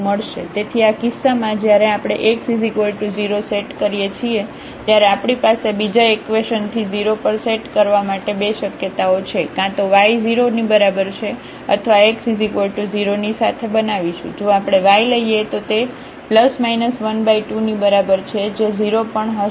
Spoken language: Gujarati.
તેથી આ કિસ્સામાં જ્યારે આપણે x 0 સેટ કરીએ છીએ ત્યારે આપણી પાસે બીજા ઇકવેશન થી 0 પર સેટ કરવા માટે બે શક્યતાઓ છે કાં તો y 0 ની બરાબર છે અથવા આ x 0 ની સાથે બનાવીશું જો આપણે y લઈએ તો તે ± 12 ની બરાબર છે જે 0 પણ હશે